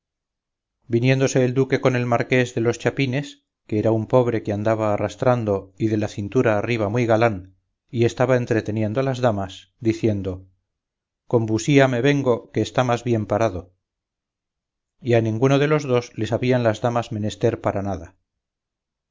viniéndose el duque con el marqués de los chapines que era un pobre que andaba arrastrando y de la cintura arriba muy galán y estaba entreteniendo las damas diciendo con vusía me vengo que está más bien parado y a ninguno de los dos les habían las damas menester para nada